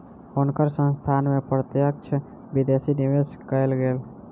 हुनकर संस्थान में प्रत्यक्ष विदेशी निवेश कएल गेल